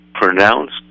pronounced